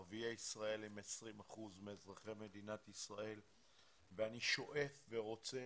ערביי ישראל הם 20% מאזרחי מדינת ישראל ואני שואף ורוצה